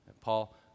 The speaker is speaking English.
Paul